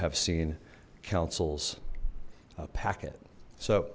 have seen councils packet so